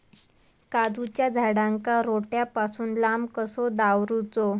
काजूच्या झाडांका रोट्या पासून लांब कसो दवरूचो?